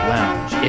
Lounge